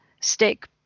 stick